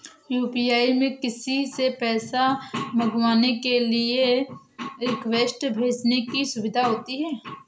UPI में किसी से पैसा मंगवाने के लिए रिक्वेस्ट भेजने की सुविधा होती है